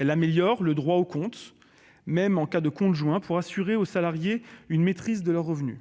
Il améliore le droit au compte, même en cas de compte joint, pour assurer aux salariées une maîtrise de leurs revenus.